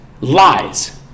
lies